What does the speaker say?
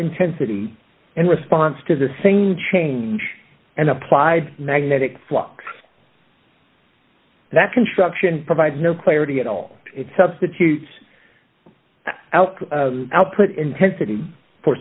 intensity and response to the same change and applied magnetic flux that construction provides no clarity at all it substitutes out output intensity for